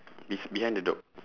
bes~ behind the dog